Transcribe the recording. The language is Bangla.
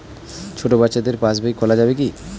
ছোট বাচ্চাদের পাশবই খোলা যাবে কি?